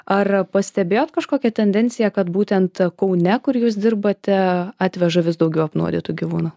ar pastebėjot kažkokią tendenciją kad būtent kaune kur jūs dirbate atveža vis daugiau apnuodytų gyvūnų